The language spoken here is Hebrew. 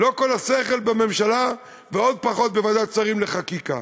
לא כל השכל בממשלה, ועוד פחות בוועדת שרים לחקיקה.